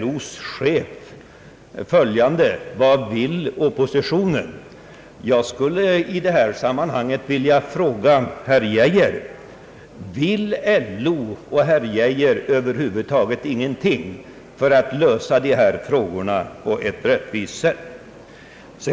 LO:s chef frågar nu: Vad vill oppositionen? Jag skulle i detta sammanhang vilja fråga herr Geijer: Vill LO och herr Geijer över huvud taget ingenting göra för att lösa dessa frågor på ett rättvist sätt?